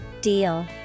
Deal